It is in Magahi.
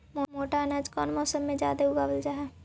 मोटा अनाज कौन मौसम में जादे उगावल जा हई?